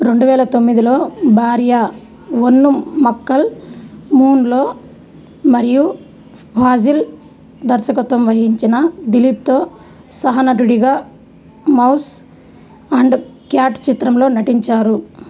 రెండు వేల తొమ్మిదిలో భార్యా ఒన్ను మక్కల్ మూన్లో మరియు ఫాజిల్ దర్శకత్వం వహించిన దిలీప్తో సహనటుడిగా మౌస్ అండ్ క్యాట్ చిత్రంలో నటించారు